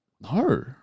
No